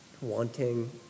wanting